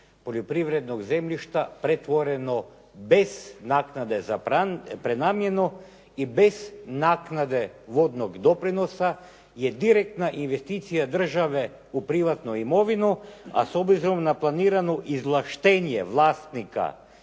poljoprivrednog zemljišta pretvoreno bez naknade za prenamjenu i bez naknade vodnog doprinosa je direktna investicija države u privatnu imovinu. A s obzirom na planiranu izvlaštenje vlasnika